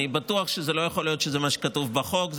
אני בטוח שלא יכול להיות שזה מה שכתוב בחוק.